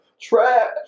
trash